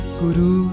guru